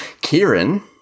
Kieran